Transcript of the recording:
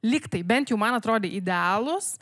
lyg tai bent jau man atrodė idealūs